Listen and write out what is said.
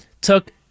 took